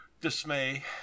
dismay